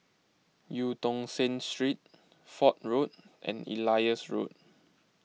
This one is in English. Eu Tong Sen Street Fort Road and Elias Road